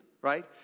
right